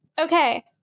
Okay